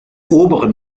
oberen